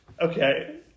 Okay